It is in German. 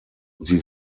sie